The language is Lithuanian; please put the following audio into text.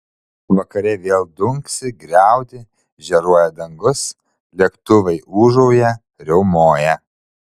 vakare vėl dunksi griaudi žėruoja dangus lėktuvai ūžauja riaumoja